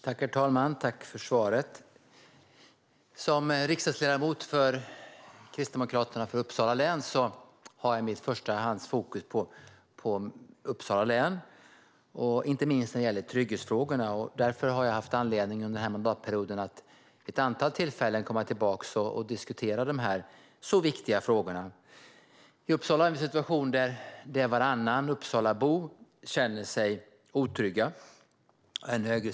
Herr talman! Tack för svaret! Som riksdagsledamot för Kristdemokraterna i Uppsala län har jag i första hand fokus på Uppsala län, inte minst när det gäller trygghetsfrågorna. Där har jag under den här mandatperioden haft anledning att vid ett antal tillfällen ta upp och diskutera de här så viktiga frågorna. I Uppsala känner sig varannan Uppsalabo otrygg.